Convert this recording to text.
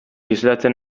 islatzen